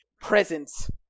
presence